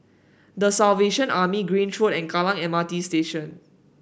The Salvation Army Grange Road and Kallang M R T Station